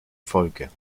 folge